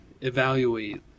evaluate